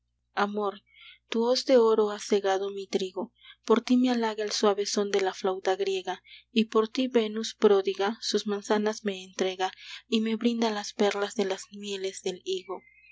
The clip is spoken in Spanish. amor tu hoz de oro ha segado mi trigo por ti me halaga el suave son de la flauta griega y por ti venus pródiga sus manzanas me entrega y me brinda las perlas de las mieles del higo en